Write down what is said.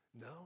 No